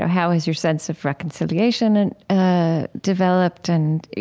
how has your sense of reconciliation and ah developed and, you